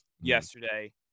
yesterday